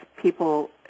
people